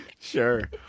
sure